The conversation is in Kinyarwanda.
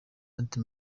ati